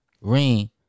ring